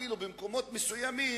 במקומות מסוימים,